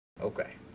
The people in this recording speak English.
Okay